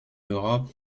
europe